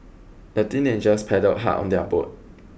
the teenagers paddled hard on their boat